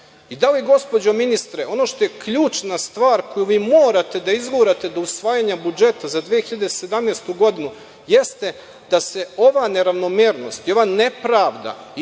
li gospođo ministre, ono što je ključna stvar koju vi morate da izgurate do usvajanje budžeta za 2017. godinu jeste da se ova neravnomernost i ova nepravda isprave?